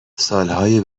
سالهای